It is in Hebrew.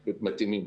בסדר.